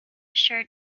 shirt